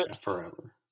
forever